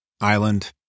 Island